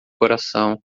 coração